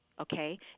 okay